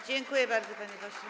Dziękuję bardzo, panie pośle.